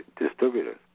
distributors